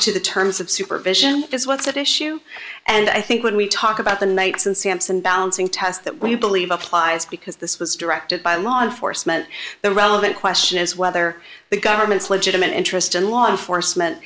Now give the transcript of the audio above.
to the terms of supervision is what's at issue and i think when we talk about the knights and sampson balancing test that we believe applies because this was directed by law enforcement the relevant question is whether the government's legitimate interest in law enforcement